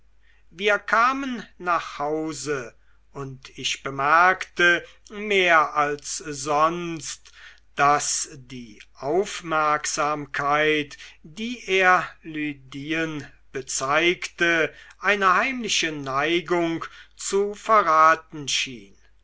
wir kamen nach hause und ich bemerkte mehr als sonst daß die aufmerksamkeit die er lydien bezeigte eine heimliche neigung zu verraten schien